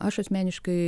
aš asmeniškai